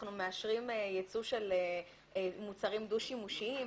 אנחנו מאשרים ייצוא של מוצרים דו-שימושיים,